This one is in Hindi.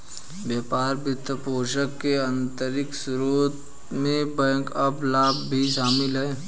व्यापार वित्तपोषण के आंतरिक स्रोतों में बैकअप लाभ भी शामिल हैं